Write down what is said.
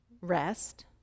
rest